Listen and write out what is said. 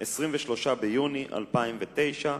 23 ביוני 2009,